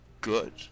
good